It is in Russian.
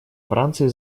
франции